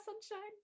sunshine